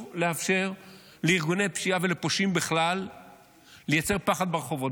לאפשר לארגוני פשיעה ולפושעים בכלל לייצר פחד ברחובות.